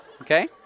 Okay